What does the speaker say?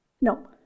No